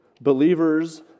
believers